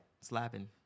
Slapping